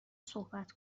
صحبت